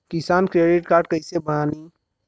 किसान credit card कइसे बानी?